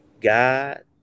God